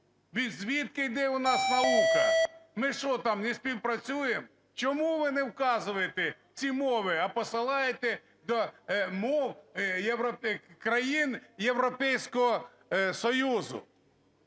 Звідки йде у нас наука? Ми що там не співпрацюємо? Чому ви не вказуєте ці мови, а посилаєте до мов країн Європейського Союзу?